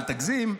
אל תגזים,